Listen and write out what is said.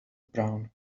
brown